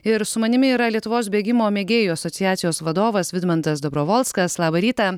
ir su manimi yra lietuvos bėgimo mėgėjų asociacijos vadovas vidmantas dobrovolskas labą rytą